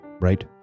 right